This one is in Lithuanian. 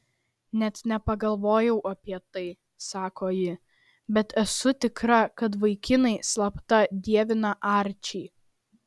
net nepagalvojau apie tai sako ji bet esu tikra kad vaikinai slapta dievina arčį